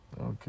Okay